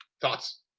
Thoughts